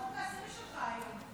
החוק העשירי שלך היום.